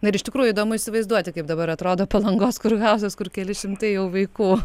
na ir iš tikrųjų įdomu įsivaizduoti kaip dabar atrodo palangos kurhauzas kur keli šimtai jau vaikų